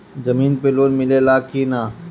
जमीन पे लोन मिले ला की ना?